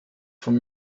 von